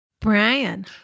Brian